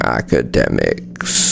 academics